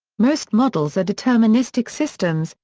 most models are deterministic systems,